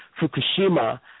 Fukushima